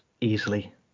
easily